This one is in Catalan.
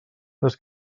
les